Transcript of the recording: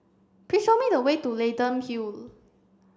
please show me the way to Leyden Hill